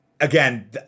Again